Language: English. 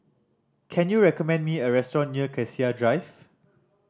can you recommend me a restaurant near Cassia Drive